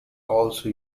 also